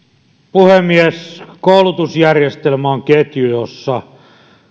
puhemies koulutusjärjestelmä on ketju jossa